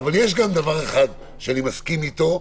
אבל יש גם דבר אחד שאני מסכים איתו,